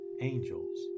angels